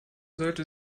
sollte